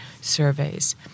surveys